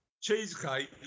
cheesecake